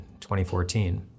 2014